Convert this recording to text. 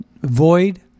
void